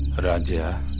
good idea.